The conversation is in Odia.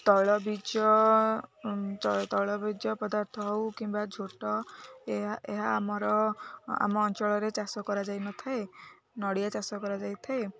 ତୈଳବୀଜ ତୈଳବୀଜ ପଦାର୍ଥ ହଉ କିମ୍ବା ଝୋଟ ଏହା ଏହା ଆମର ଆମ ଅଞ୍ଚଳରେ ଚାଷ କରାଯାଇ ନ ଥାଏ ନଡ଼ିଆ ଚାଷ କରାଯାଇଥାଏ